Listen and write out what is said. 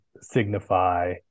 signify